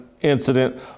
incident